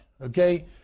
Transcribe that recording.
okay